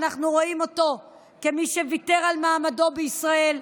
אנחנו רואים אותו כמי שוויתר על מעמדו בישראל.